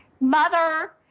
mother